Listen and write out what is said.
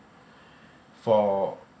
for